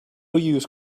use